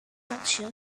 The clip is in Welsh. celsius